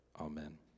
amen